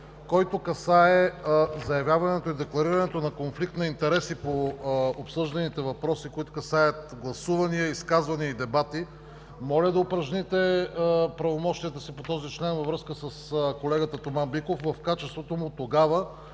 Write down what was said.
който касае заявяването и декларирането на конфликт на интереси по обсъжданите въпроси, които касаят гласувания, изказвания и дебати, моля да упражните правомощията си по този член във връзка с колегата Тома Биков в качеството му тогава